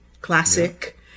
classic